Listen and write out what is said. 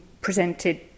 presented